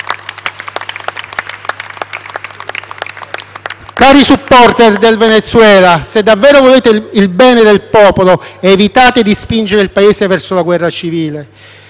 Cari *supporter* del Venezuela, se davvero volete il bene del popolo evitate di spingere il Paese verso la guerra civile.